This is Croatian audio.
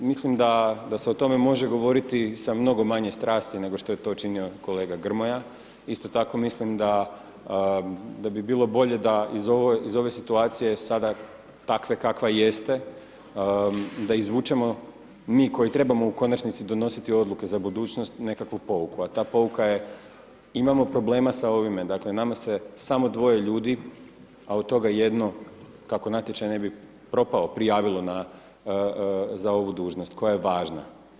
Mislim da se o tome može govoriti sa mnogo manje strasti nego što je to činio kolega Grmoja, isto tako mislim da bi bilo bolje da iz ove situacije sada takve kakva jeste, da izvučemo mi koji trebamo u konačnici donositi odluke za budućnost, nekakvu pouku a ta pouka je imamo problema sa ovime, dakle nama se samo dvoje ljudi, a od toga jedno, kako natječaj ne bi propao, prijavilo za ovu dužnost koja je važna.